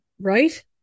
Right